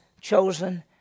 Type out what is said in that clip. chosen